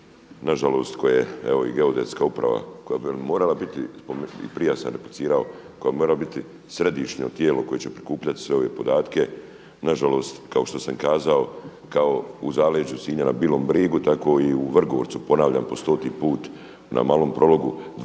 nažalost koje evo i Geodetska uprava morala biti, i prije sam replicirao, koja mora biti središnje tijelo koje će prikupljati sve ove podatke. Nažalost, kao što sam kazao, kao u zaleđu Sinja, Bilom Brigu tako i u Vrgorcu, ponavljam po stoti put na Malom Prologu 2